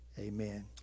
Amen